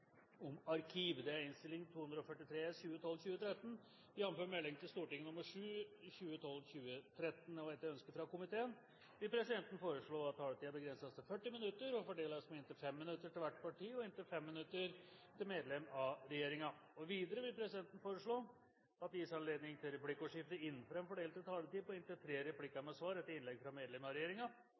om tiltak for å bekjempe det moderne slaveriet. Forslagene vil bli behandlet på reglementsmessig måte. Etter ønske fra familie- og kulturkomiteen vil presidenten foreslå at taletiden begrenses til 40 minutter og fordeles med inntil 5 minutter til hvert parti og inntil 5 minutter til medlem av regjeringen. Videre vil presidenten foreslå at det blir gitt anledning til replikkordskifte på inntil tre replikker med svar etter innlegg fra medlem av